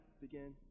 begin